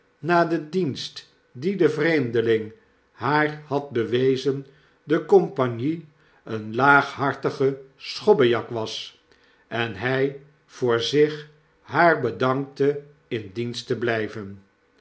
na den dienst dien de vreemdeling haar had bewezen de compagnie een laaghartige schobbejak was en hy voor zich haar bedankte in dienst te blyven